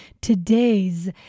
today's